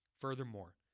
Furthermore